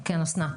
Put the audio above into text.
כן, אסנת.